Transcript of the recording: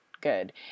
good